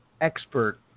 expert